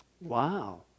Wow